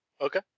Okay